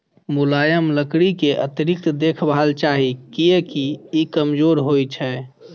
मुलायम लकड़ी कें अतिरिक्त देखभाल चाही, कियैकि ई कमजोर होइ छै